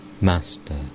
Master